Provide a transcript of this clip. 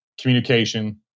communication